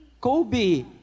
Kobe